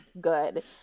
good